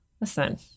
Listen